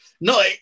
No